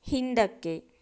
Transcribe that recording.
ಹಿಂದಕ್ಕೆ